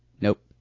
nope